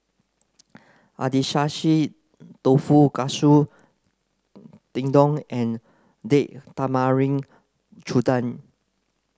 Agedashi Dofu Katsu Tendon and Date Tamarind Chutney